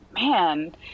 Man